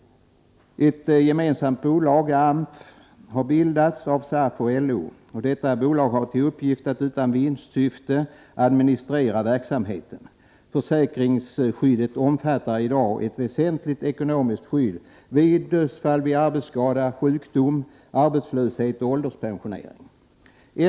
Ett gemensamt bolag, AMF, har bildats av SAF och LO, och detta bolag har till uppgift att utan vinstsyfte administrera verksamheten. Försäkringsskyddet omfattar i dag ett väsentligt Nr 69 ekonomiskt skydd vid dödsfall, arbetsskada, sjukdom, arbetslöshet och ålderspensionering.